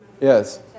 Yes